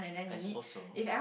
I suppose so